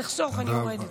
תחסוך, אני יורדת.